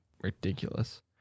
ridiculous